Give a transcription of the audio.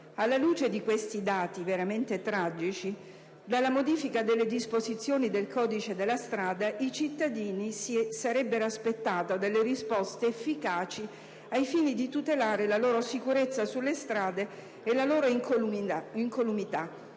Alla luce di questi dati, veramente tragici, dalla modifica delle disposizioni del codice della strada i cittadini si sarebbero aspettati risposte efficaci ai fini di tutelare la loro sicurezza sulle strade e la loro incolumità.